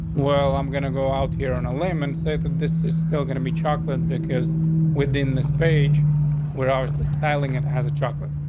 well, i'm gonna go out here on a lemon, say that this is still gonna be chocolate, because within this page were obviously styling and has a chocolate.